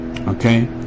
Okay